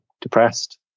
depressed